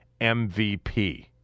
MVP